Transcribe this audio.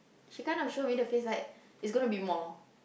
she kind of show me the face like it's gonna be more